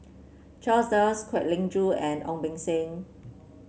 Charles Dyce Kwek Leng Joo and Ong Beng Seng